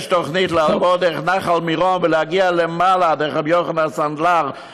יש תוכנית לעבור דרך נחל מירון ולהגיע למעלה דרך רבי יוחנן הסנדלר,